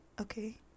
Okay